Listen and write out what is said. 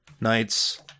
Knights